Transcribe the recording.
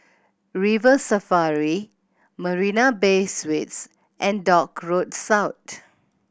River Safari Marina Bay Suites and Dock Road South